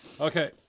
Okay